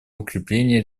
укрепление